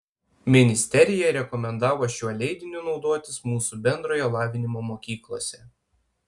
ministerija rekomendavo šiuo leidiniu naudotis mūsų bendrojo lavinimo mokyklose